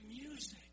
music